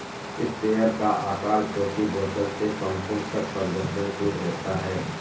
sprayer का आकार छोटी बोतल से पंपों तक परिवर्तनशील होता है